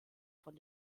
von